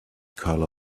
color